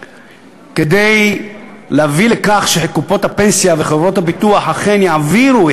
כדי להביא לכך שקופות הפנסיה וחברות הביטוח אכן יעבירו,